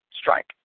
strike